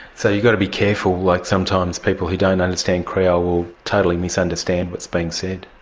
so you've got to be careful, like sometimes people who don't understand creole will totally misunderstand what's being said.